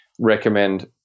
recommend